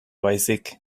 baizik